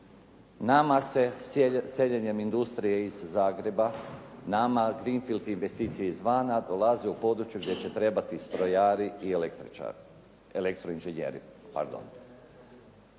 Nama se seljenjem industrije iz Zagreba, nama Greenfield investicije izvana dolaze u područje gdje će trebati strojari i elektro-inženjeri.